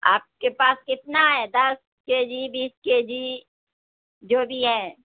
آپ کے پاس کتنا ہے دس کے جی بیس کے جی جو بھی ہے